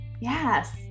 yes